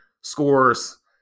scores